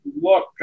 look